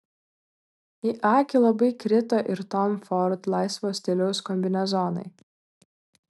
į akį labai krito ir tom ford laisvo stiliaus kombinezonai